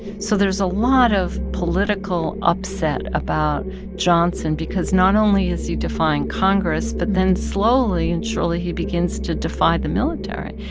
so there's a lot of political upset about johnson because not only is he defying congress, but then, slowly and surely, he begins to defy the military.